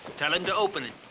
tell him to open it.